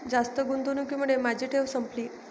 जास्त गुंतवणुकीमुळे माझी ठेव संपली